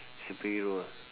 superhero ah